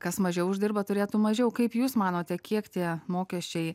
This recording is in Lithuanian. kas mažiau uždirba turėtų mažiau kaip jūs manote kiek tie mokesčiai